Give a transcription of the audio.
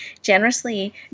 generously